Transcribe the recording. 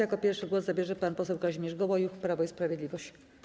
Jako pierwszy głos zabierze pan poseł Kazimierz Gołojuch, Prawo i Sprawiedliwość.